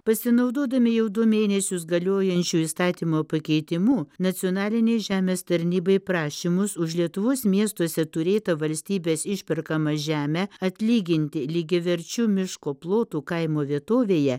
pasinaudodami jau du mėnesius galiojančiu įstatymo pakeitimu nacionalinei žemės tarnybai prašymus už lietuvos miestuose turėtą valstybės išperkamą žemę atlyginti lygiaverčiu miško plotu kaimo vietovėje